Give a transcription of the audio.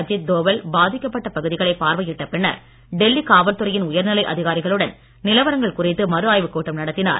அஜித் தோவல் பாதிக்கப்பட்ட பகுதிகளை பார்வையிட்ட பின்னர் டெல்லி காவல்துறையின் உயர்நிலை அதிகாரிகளுடன் நிலவரங்கள் குறித்து மறுஆய்வு கூட்டம் நடத்தினார்